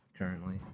Currently